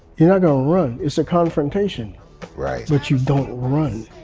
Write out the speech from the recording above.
you're not going to run. it's a confrontation right but you don't run.